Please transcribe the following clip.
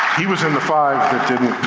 he was in the five that didn't